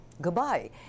goodbye